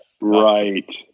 Right